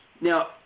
Now